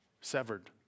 severed